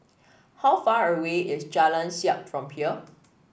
how far away is Jalan Siap from here